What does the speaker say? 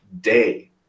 day